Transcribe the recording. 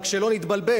רק שלא נתבלבל,